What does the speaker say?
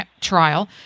trial